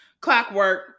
clockwork